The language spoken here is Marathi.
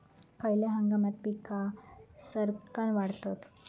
खयल्या हंगामात पीका सरक्कान वाढतत?